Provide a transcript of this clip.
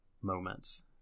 moments